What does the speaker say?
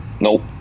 Nope